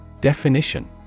Definition